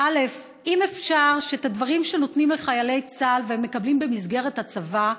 אם אפשר שאת הדברים שנותנים לחיילי צה"ל והם מקבלים במסגרת הצבא,